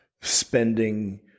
spending